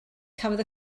cafodd